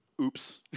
oops